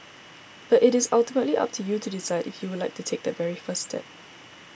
but it is ultimately up to you to decide if you would like to take that very first step